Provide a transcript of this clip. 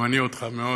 גם אני אותך, מאוד,